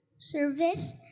service